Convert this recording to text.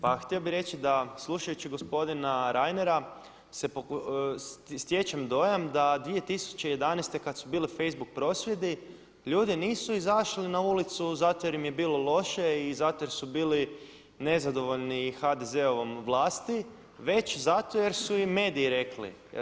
Pa htio bih reći da slušajući gospodina Reinera stječem dojam da 2011. kada su bili facebook prosvjedi ljudi nisu izašli na ulicu zato jer im je bilo loše i zato jer su bili nezadovoljni HDZ-ovom vlasti već zato jer su im mediji rekli.